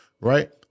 right